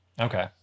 Okay